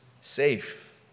safe